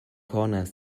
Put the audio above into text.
corner